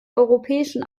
europäischen